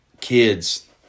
kids